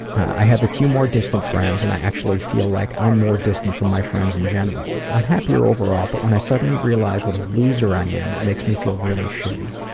i have a few more distant friends and i actually feel like i'm more distant from my friends in general. i'm happier overall, but when i suddenly realize what a loser i am, it makes me feel really shitty.